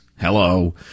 hello